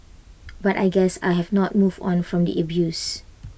but I guess I have not moved on from the abuse